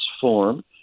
form